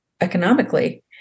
economically